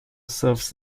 serves